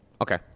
Okay